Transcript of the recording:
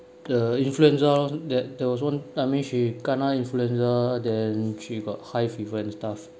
the influenza lor that there was one I mean she kena influenza then she got high fever and stuff